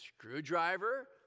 screwdriver